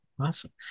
Awesome